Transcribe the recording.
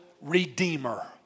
redeemer